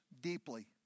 deeply